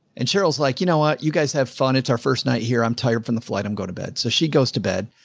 and cheryl's like, you know what? you guys have fun. it's our first night here, i'm tired from the flight and go to bed. so she goes to bed,